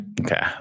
okay